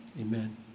Amen